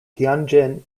tianjin